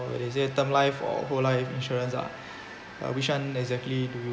they say term life or whole life insurance ah which one exactly do you